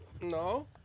No